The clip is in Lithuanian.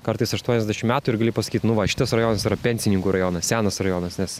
kartais aštuoniasdešim metų ir gali pasakyt nu va šitas rajonas yra pensininkų rajonas senas rajonas nes